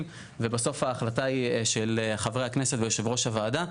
ובסוף ההחלטה היא של חברי הכנסת ויושב ראש הוועדה.